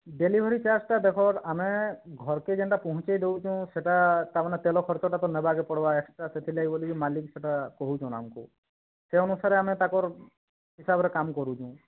delivery charge ଟା ଦେଖ ଆମେ ଘର୍ କେ ଯେନ୍ତା ପହଞ୍ଚାଇ ଦଉଁଛୁ ସେହିଟା ତାମାନେ ତ ତେଲ ଖର୍ଚ ଟା ତ ନେବାକ ପଡ଼୍ବା ଏକ୍ସଟ୍ରା ସେଥିଲାଗି ମାଲିକ୍ ସେହିଟା କହିଛନ୍ ଆମକୁ ସେ ଅନୁସାରେ ଆମେ ତାଙ୍କର୍ ହିସାବରେ କାମ କରୁଁଛୁ